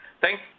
Thank